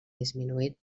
disminuït